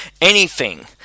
anything